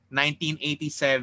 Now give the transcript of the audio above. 1987